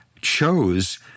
chose